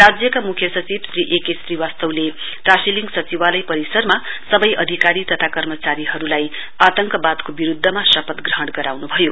राज्यका म्ख्य सचिव श्री ए के श्रीवास्तवले टाशिलिङ सचिवालय परिसरमा सबै अधिकारी तथा कर्माचारीहरुलाई आतंकवादको विरुद्वमा शपथ ग्रहण गराउन् भयो